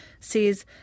says